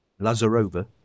Lazarova